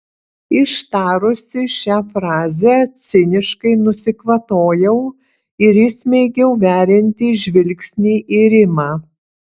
ištarusi šią frazę ciniškai nusikvatojau ir įsmeigiau veriantį žvilgsnį į rimą